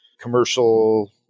commercial